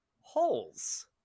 holes